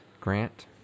grant